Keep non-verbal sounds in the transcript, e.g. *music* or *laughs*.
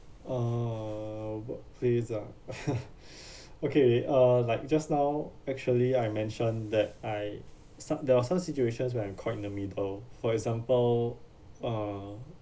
uh workplace ah *laughs* okay uh like just now actually I mention that I start there was some situations when I'm caught in the middle for example uh